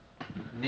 who